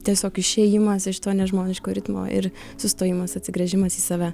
tiesiog išėjimas iš to nežmoniško ritmo ir sustojimas atsigręžimas į save